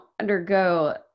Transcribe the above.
undergo